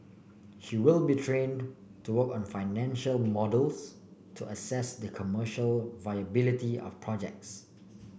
she will be trained to work on financial models to assess the commercial viability of projects